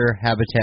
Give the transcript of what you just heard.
habitat